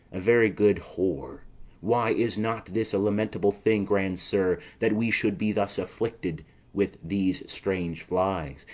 a very good whore why, is not this a lamentable thing, grandsir, that we should be thus afflicted with these strange flies,